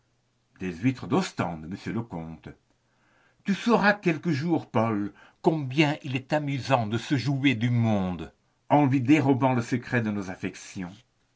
des huîtres d'ostende monsieur le comte tu sauras quelque jour paul combien il est amusant de se jouer du monde en lui dérobant le secret de nos affections